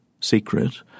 secret